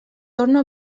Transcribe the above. torno